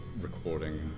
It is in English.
recording